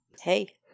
hey